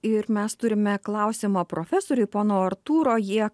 ir mes turime klausimą profesoriui pono artūro jie